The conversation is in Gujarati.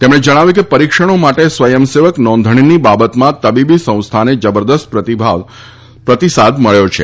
તેમણે જણાવ્યું કે પરીક્ષણો માટે સ્વયંસેવક નોંધણીની બાબતમાં તબીબી સંસ્થાને જબરદસ્ત પ્રતિસાદ મળ્યો છે